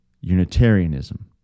Unitarianism